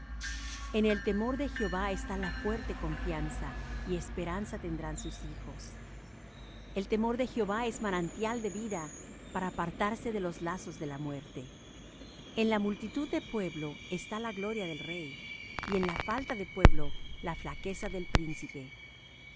en el temor de jehová está la fuerte confianza y esperanza tendrán sus hijos el temor de jehová es manantial de vida para apartarse de los lazos de la muerte en la multitud de pueblo está la gloria del rey y en la falta de pueblo la flaqueza del príncipe